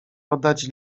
oddać